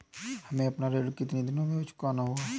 हमें अपना ऋण कितनी दिनों में चुकाना होगा?